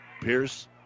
Pierce